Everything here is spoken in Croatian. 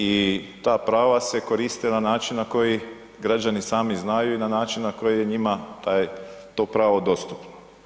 I ta prava se koriste na način na koji građani sami znaju i na način koji je njima to pravo dostupno.